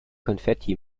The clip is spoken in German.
konfetti